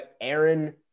Aaron